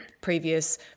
previous